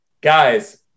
guys